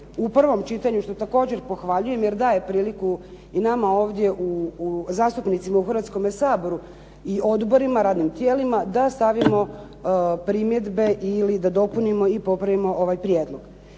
u prvom čitanju što također pohvaljujem jer daje priliku i nama ovdje zastupnicima u Hrvatskome saboru i odborima, radnim tijelima da stavimo primjedbe ili da dopunimo i popravimo ovaj prijedlog.